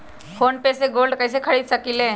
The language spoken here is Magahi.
फ़ोन पे से गोल्ड कईसे खरीद सकीले?